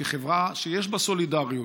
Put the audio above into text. כחברה שיש בה סולידריות,